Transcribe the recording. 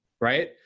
right